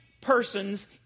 persons